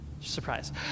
Surprise